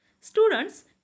Students